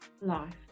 life